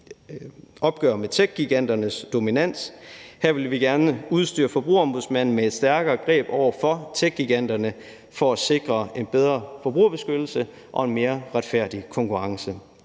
opgør med techgiganternes dominans; her vil vi gerne udstyre Forbrugerombudsmanden med et stærkere greb over for techgiganterne for at sikre en bedre forbrugerbeskyttelse og en mere retfærdig konkurrence.